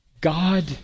God